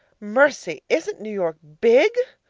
mercy! isn't new york big?